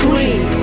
Three